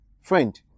friend